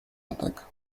attack